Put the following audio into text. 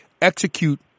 execute